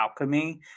alchemy